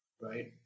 right